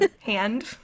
hand